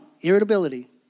irritability